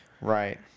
Right